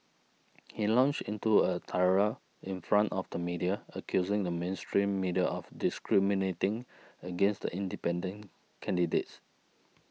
he launched into a tirade in front of the media accusing the mainstream media of discriminating against independent candidates